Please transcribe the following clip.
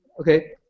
Okay